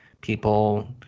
people